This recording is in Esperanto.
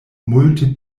multe